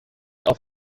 auf